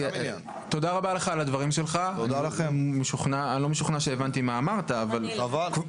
אותם משלוחים שמגיעים בשקית אחרת מחויבים במסגרת חוק האריזות.